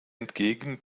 entgegen